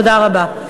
תודה רבה.